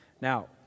Now